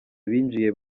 binjiye